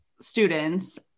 students